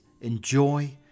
Enjoy